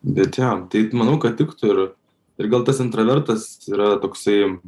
bet jo tai manau kad tiktų ir ir gal tas intravertas yra toksai